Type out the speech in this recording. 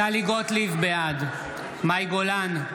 בעד מאי גולן,